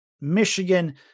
Michigan